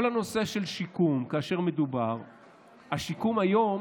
כל הנושא של שיקום, השיקום היום